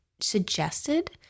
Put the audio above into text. suggested